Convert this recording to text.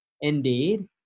Indeed